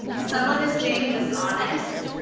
someone is being dishonest.